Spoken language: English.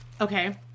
okay